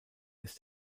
ist